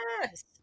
yes